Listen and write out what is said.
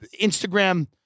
Instagram